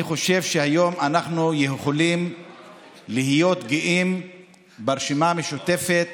אני חושב שהיום אנחנו יכולים להיות גאים ברשימה המשותפת